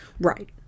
Right